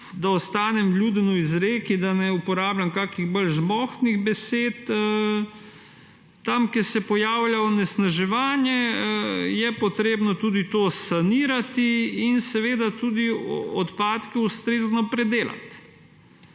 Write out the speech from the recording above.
da ostanem vljuden v izreki, da ne uporabljam kakih bolj žmohtnih besed, tam, kjer se pojavlja onesnaževanje, je treba to sanirati in seveda tudi odpadke ustrezno predelati.